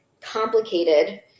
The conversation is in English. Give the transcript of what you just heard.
complicated